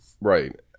Right